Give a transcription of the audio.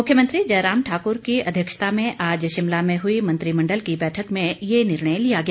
मुख्यमंत्री जयराम ठाकुर की अध्यक्षता में आज शिमला में हुई मंत्रिमंडल की बैठक में ये निर्णय लिया गया